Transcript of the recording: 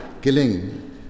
killing